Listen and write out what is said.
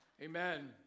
Amen